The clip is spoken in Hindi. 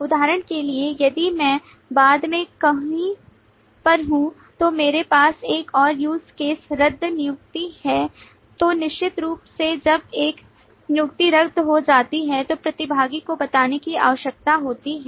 उदाहरण के लिए यदि मैं बाद में कहीं पर हूं तो मेरे पास एक और use case रद्द नियुक्ति है तो निश्चित रूप से जब एक नियुक्ति रद्द हो जाती है तो प्रतिभागी को बताने की आवश्यकता होती है